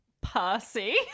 Percy